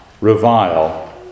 revile